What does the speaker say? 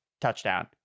touchdown